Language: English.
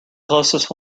closest